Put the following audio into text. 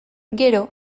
gero